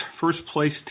first-place